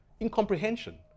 incomprehension